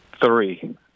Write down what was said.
Three